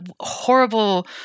horrible